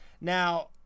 Now